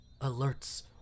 alerts